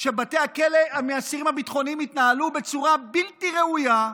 שבתי הכלא של האסירים הביטחוניים התנהלו בצורה בלתי ראויה,